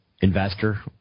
investor